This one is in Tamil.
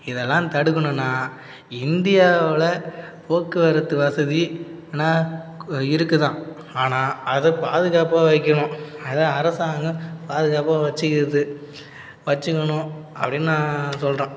இதெல்லாம் தடுக்கணுன்னா இந்தியாவில் போக்குவரத்து வசதின்னா ஏன்னா இருக்கு தான் ஆனால் அதை பாதுகாப்பாக வைக்கணும் அதை அரசாங்கம் பாதுகாப்பாக வச்சுக்கிது வச்சுக்கணும் அப்படின்னு நான் சொல்லுறேன்